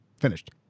Finished